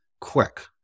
Quick